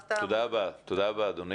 תודה רבה אדוני.